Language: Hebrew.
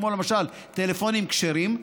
כמו למשל טלפונים כשרים,